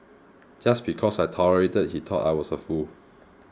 just because I tolerated he thought I was a fool